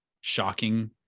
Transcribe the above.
shocking